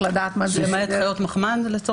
למעט חיות מחמד?